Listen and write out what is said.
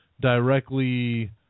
directly